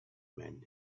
man